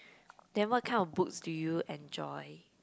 then what kind of books do you enjoy